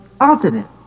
alternate